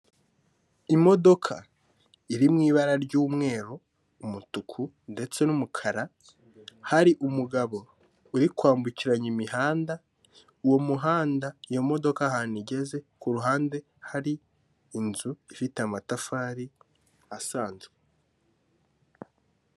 Imodoka iri mu ibara ry'umweru, umutuku ndetse n'umukara, hari umugabo uri kwambukiranya imihanda, uwo muhanda iyo modoka ahantu igeze ku ruhande hari inzu ifite amatafari asanzwe.